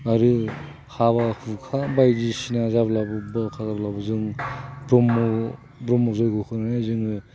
आरो हाबा हुखा बायदिसिना जाब्लाबो दरखार जाब्लाबो ब्रह्म जयग'खौनो जोङो